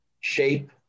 shape